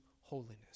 holiness